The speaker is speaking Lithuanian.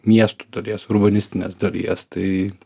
miestų dalies urbanistinės dalies tai